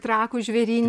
trakų žvėryn